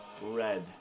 red